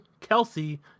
Kelsey